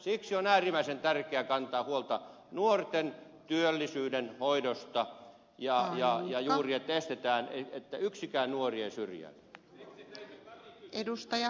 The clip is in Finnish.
siksi on äärimmäisen tärkeätä kantaa huolta nuorten työllisyyden hoidosta ja juuri estää se että yksikin nuori syrjäytyisi